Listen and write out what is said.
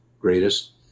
greatest